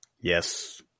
Yes